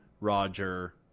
Roger